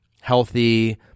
healthy